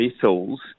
vessels